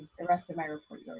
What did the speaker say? the rest of my report you